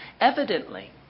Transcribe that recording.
evidently